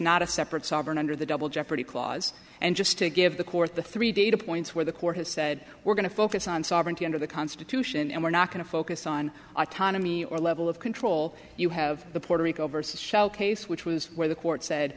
not a separate sovereign under the double jeopardy clause and just to give the court the three data points where the court has said we're going to focus on sovereignty under the constitution and we're not going to focus on autonomy or level of control you have the puerto rico versus shell case which was where the court said